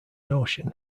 notion